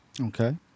Okay